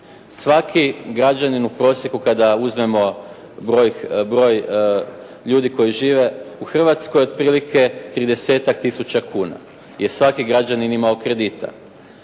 Svaki građanin u prosjeku kada uzmemo broj ljudi koji žive u Hrvatskoj otprilike tridesetak tisuća kuna je svaki građanin imao kredita.